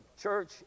church